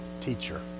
teacher